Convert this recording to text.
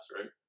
right